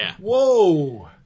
Whoa